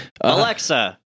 Alexa